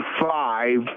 five